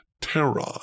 Terra